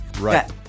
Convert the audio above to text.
Right